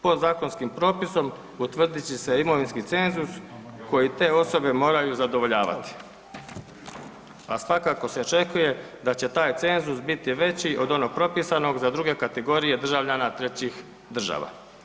Podzakonskim propisom utvrdit će se imovinski cenzus koji te osobe moraju zadovoljavati, a svakako se očekuje da će taj cenzus biti veći od onog propisanog za druge kategorije državljana trećih država.